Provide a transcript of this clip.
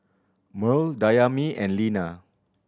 Merl Dayami and Lina